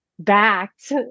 backed